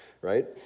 right